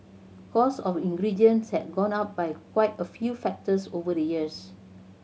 cost of ingredients has gone up by quite a few factors over the years